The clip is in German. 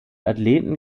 athleten